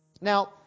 Now